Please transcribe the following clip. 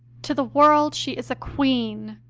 to the world she is a queen,